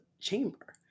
chamber